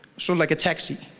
so like a taxi